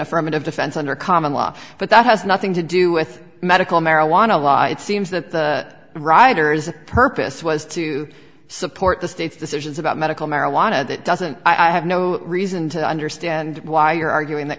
affirmative defense under common law but that has nothing to do with medical marijuana law it seems that the rider is purpose was to support the state's decisions about medical marijuana and it doesn't i have no reason to understand why you're arguing that